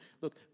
Look